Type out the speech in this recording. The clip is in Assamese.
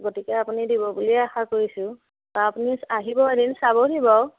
গতিকে আপুনি মই দিব বুলিয়ে আশা কৰিছোঁ আপুনি আহিব এদিন চাবহি বাৰু